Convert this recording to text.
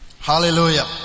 Hallelujah